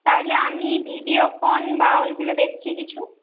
তাহলে আমি ভিডিওকন বা ওইগুলো দেখছি কিছু